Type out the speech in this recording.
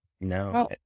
No